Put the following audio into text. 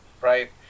right